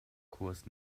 kurs